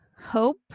hope